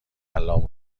الان